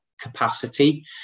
capacity